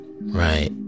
right